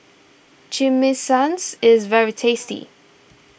Chimichangas is very tasty